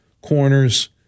corners